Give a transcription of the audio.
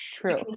true